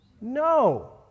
No